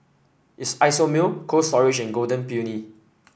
Isomil Cold Storage and Golden Peony